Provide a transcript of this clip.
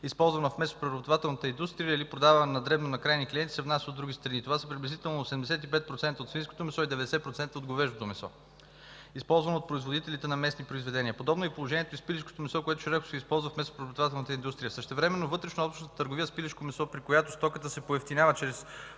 използвана в месопреработвателната индустрия или продавана на дребно на крайни клиенти, се внася от други страни. Това са приблизително 85% от свинското месо и 90% от говеждото месо, използвано от производителите на месни произведения. Подобно е положението и с пилешкото месо, което широко се използва в месопреработвателната индустрия. Същевременно вътреобщностната търговия с пилешко месо, при което стоката се поевтинява чрез